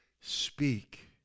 speak